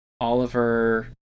Oliver